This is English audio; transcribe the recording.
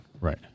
Right